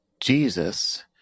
Jesus